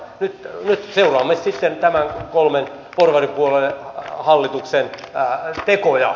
nyt seuraamme sitten tämän kolmen porvaripuolueen hallituksen tekoja